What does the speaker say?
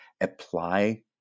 apply